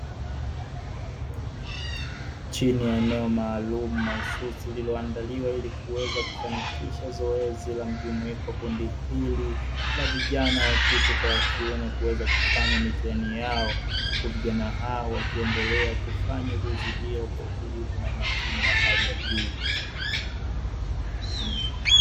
Chini ya eneo maalumu mahususi lililoandaliwa ili kuweza kufanikisha zoezi la mjumuiko, kundi hili la vijana wa kike kwa wa kiume kuweza kufanya mitihani yao, huku vijana hao wakiendelea kufanya zoezi hilo kwa utulivu na umakini wa hali ya juu.